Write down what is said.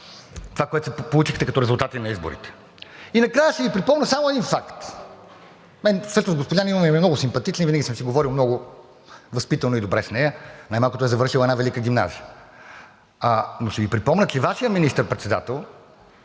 това, което получихте като резултати на изборите. Накрая ще Ви припомня само един факт. На мен всъщност госпожа Нинова ми е много симпатична и винаги съм си говорил много възпитано и добре с нея, най-малкото е завършила една велика гимназия. Ще Ви припомня, че Вашият министър-председател